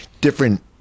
different